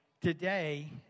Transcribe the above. today